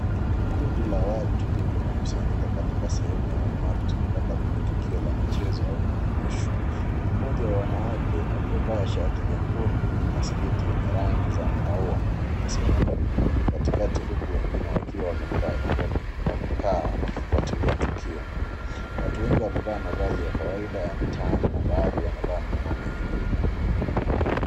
Kundi la watu limekusanyika katika sehemu ya umati labda kwenye tukio la michezo au maonyesho. Mmoja wa wanawake alievaa shati nyekundu na sketi yenye rangi za maua amesimama katikati uku wengine wakiwa wamekaa wakifuatilia tukio. Watu wengi wamevaa mavazi ya kawaida ya mitaani na bado wanavaa miwani ya jua.